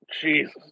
Jesus